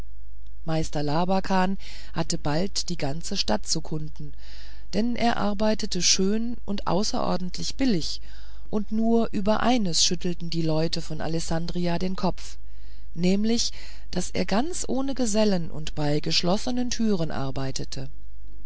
meister labakan hatte bald die ganze stadt zu kunden denn er arbeitete schön und außerordentlich billig und nur über eines schüttelten die leute von alessandria den kopf nämlich daß er ganz ohne gesellen und bei verschlossenen türen arbeite